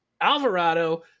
Alvarado